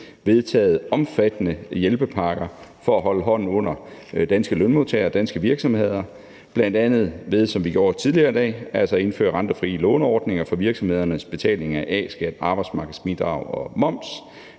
med Folketingets partier, for at holde hånden under danske lønmodtagere og danske virksomheder, bl.a. ved, som vi gjorde tidligere i dag, at indføre rentefrie låneordninger for virksomhedernes betaling af A-skat, arbejdsmarkedsbidrag og moms.